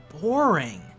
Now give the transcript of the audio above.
boring